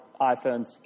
iPhones